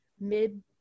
Mid